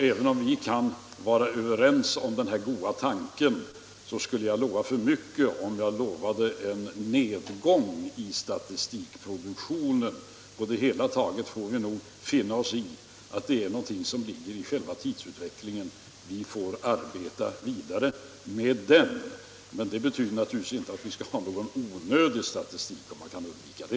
Även om vi kan vara överens om den goda tanken, skulle jag därför lova för mycket, om jag gav löfte om en nedgång i statistikproduktionen. På det hela taget får vi nog finna oss i att mera statistik är någonting som ligger i själva tidsutvecklingen, och vi får arbeta vidare med den — men det betyder naturligtvis inte att vi skall ha någon onödig statistik, om det kan undvikas.